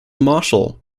martial